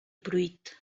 pruit